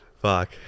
fuck